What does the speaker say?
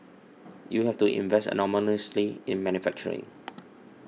you have to invest enormously in manufacturing